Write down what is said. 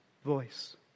Voice